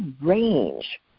range